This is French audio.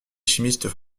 chimistes